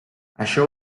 això